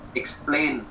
explain